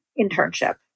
internship